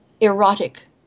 erotic